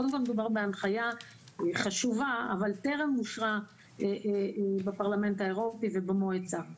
קודם כל מדובר בהנחיה חשובה אבל טרם אושרה בפרלמנט האירופאי ובמועצה.